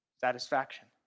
Satisfaction